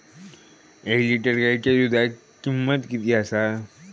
एक लिटर गायीच्या दुधाची किमंत किती आसा?